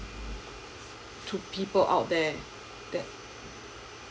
to people out there that